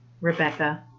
Rebecca